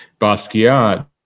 Basquiat